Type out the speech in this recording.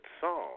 song